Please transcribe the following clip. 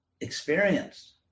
experience